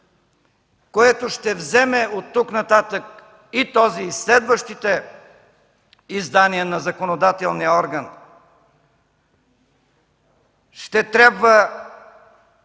което ще вземе от тук нататък и това, и следващите издания на законодателния орган, ще трябва